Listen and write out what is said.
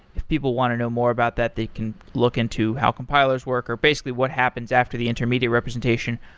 if people want to know more about that, they can look into how compilers work, or basically what happens after the intermediate representation.